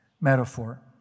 metaphor